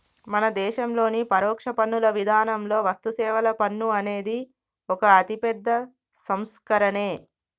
మన దేశంలోని పరోక్ష పన్నుల విధానంలో వస్తుసేవల పన్ను అనేది ఒక అతిపెద్ద సంస్కరనే